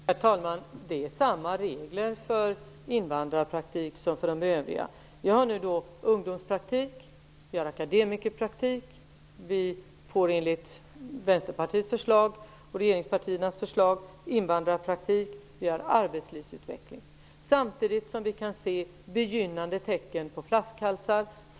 Herr talman! Samma regler som gäller för invandrarpraktik gäller för övrig praktik. Det finns ungdomspraktik, akademikerpraktik och det blir enligt Vänsterpartiets och regeringspartiernas förslag invandrarpraktik. Vidare finns det arbetslivsutveckling. Samtidigt kan vi se begynnande tecken på flaskhalsar.